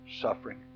suffering